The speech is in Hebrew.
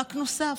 מאבק נוסף,